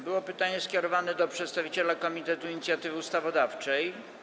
Było pytanie skierowane do przedstawiciela Komitetu Inicjatywy Ustawodawczej.